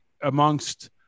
amongst